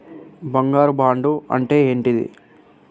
బంగారు బాండు అంటే ఏంటిది?